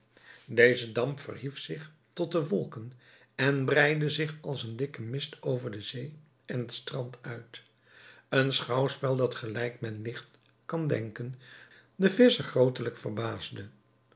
deze damp verhief zich tot de wolken en breidde zich als een dikke mist over de zee en het strand uit een schouwspel dat gelijk men ligt kan denken den